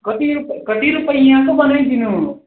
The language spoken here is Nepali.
कति रु कति रुपियाँको बनाई दिनु